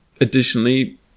additionally